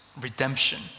Redemption